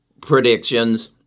predictions